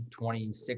26